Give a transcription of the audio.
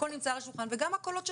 הכול נמצא על השולחן וגם הקולות שלך.